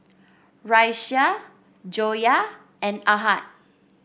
Raisya Joyah and Ahad